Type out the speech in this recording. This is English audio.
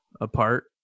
apart